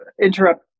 interrupt